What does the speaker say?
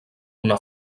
una